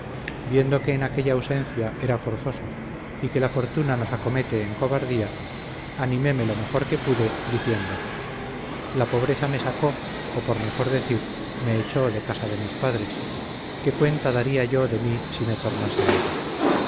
viendo que en aquella ausencia era forzoso y que la fortuna nos acomete en cobardía animéme lo mejor que pude diciendo la pobreza me sacó o por mejor decir me echó de casa de mis padres qué cuenta daría yo de mí si me tornase a ella